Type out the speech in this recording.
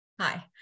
Hi